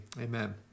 Amen